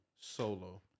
solo